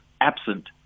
absent